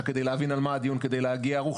כדי להבין על מה הדיון כדי להגיע ערוך.